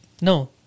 No